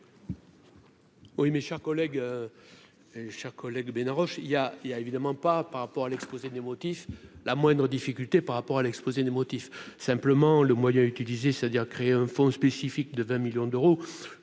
Oui, mes chers collègues et chers collègues ben Roche il y a, il y a évidemment pas par rapport à l'exposé des motifs, la moindre difficulté par rapport à l'exposé des motifs, simplement le moyen utilisé, c'est-à-dire créer un fonds spécifique de 20 millions d'euros,